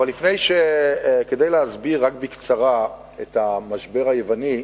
כדי להסביר רק בקצרה את המשבר היווני,